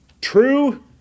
true